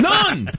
None